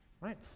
Right